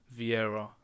Vieira